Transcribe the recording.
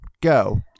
go